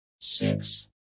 six